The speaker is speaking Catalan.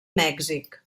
mèxic